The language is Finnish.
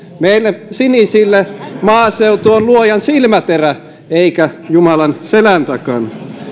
meille sinisille maaseutu on luojan silmäterä eikä jumalan selän takana